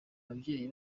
ababyeyi